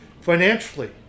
financially